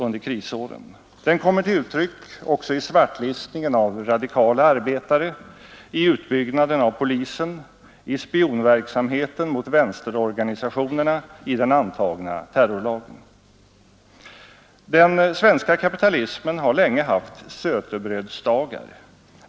När vi gick ut och, fullkomligt unikt i världen, engagerade 85 000 människor att diskutera ett konkret förslag — arbetsmiljön — var det just för att få en direkt påverkan från människornas sida.